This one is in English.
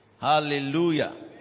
Hallelujah